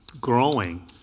growing